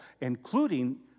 including